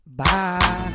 Bye